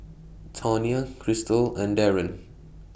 Tonia Krystal and Darren